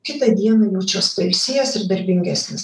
kitą dieną jaučiuos pailsėjęs ir darbingesnis